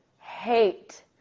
hate